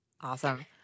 Awesome